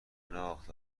شناخت